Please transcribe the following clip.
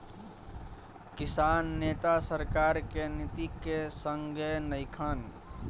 किसान नेता सरकार के नीति के संघे नइखन